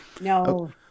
No